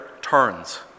turns